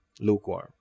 lukewarm